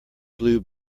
blue